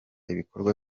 ibikorwa